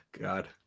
God